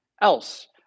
else